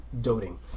doting